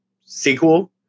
sequel